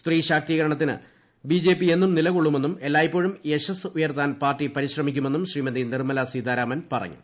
സ്ത്രീ ശാക്തീകരണത്തിന് B J P എന്നും നിലകൊള്ളുമെന്നും എല്ലായ്പ്പോഴും യശസ്സ് ഉയർത്താൻ പാർട്ടി പരിശ്രമിക്കുമെന്നും ശ്രീമതി നിർമ്മലാ സീതാരാമൻ പറഞ്ഞു